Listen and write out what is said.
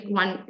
one